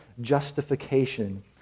justification